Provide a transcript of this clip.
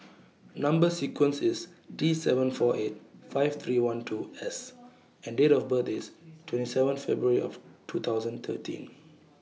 Number sequence IS T seven four eight five three one two S and Date of birth IS twenty seven February two thousand and thirteen